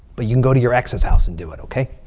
but you can go to your ex's house and do it, okay?